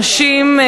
נשים,